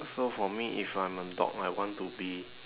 so for me if I'm a dog I want to be